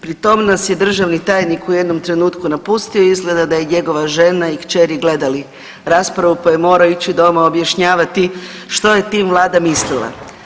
Pri tom nas je državni tajnik u jednom trenutku napustio izgleda da je njegova žena i kćeri gledali raspravu pa je morao ići doma objašnjavati što je tim Vlada mislila.